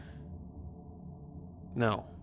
No